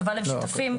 שוב"ל הם שותפים,